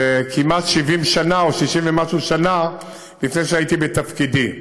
וכמעט 70 שנה או 60 ומשהו שנה לפני שהייתי בתפקידי.